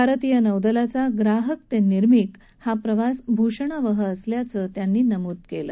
भारतीय नौदलाचा ग्राहक ते निर्मिक असा प्रवास भूषणावह आहे असंही त्यांनी नमूद केलं